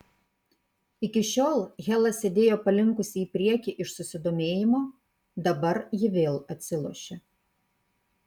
iki šiol hela sėdėjo palinkusi į priekį iš susidomėjimo dabar ji vėl atsilošė